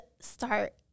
start